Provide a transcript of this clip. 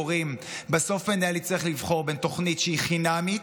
הורים: בסוף המנהל צריך לבחור בין תוכנית שהיא חינמית,